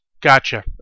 Gotcha